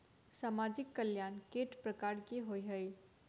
सामाजिक कल्याण केट प्रकार केँ होइ है?